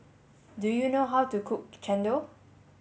do you know how to cook Chendol